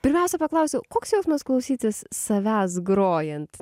pirmiausia paklausiu koks jausmas klausytis savęs grojant